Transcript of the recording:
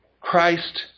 Christ